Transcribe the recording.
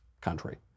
country